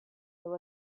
there